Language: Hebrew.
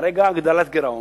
הגדלת גירעון,